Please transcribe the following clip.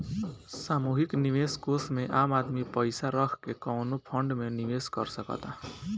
सामूहिक निवेश कोष में आम आदमी पइसा रख के कवनो फंड में निवेश कर सकता